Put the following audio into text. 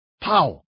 pow